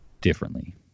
differently